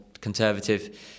conservative